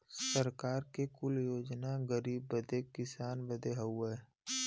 सरकार के कुल योजना गरीब बदे किसान बदे हउवे